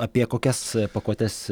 apie kokias pakuotes